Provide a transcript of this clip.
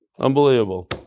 Unbelievable